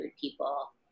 people